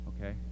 Okay